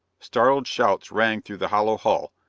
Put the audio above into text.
startled shouts rang through the hollow hull,